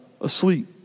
asleep